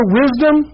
wisdom